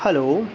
hello